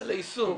על היישום.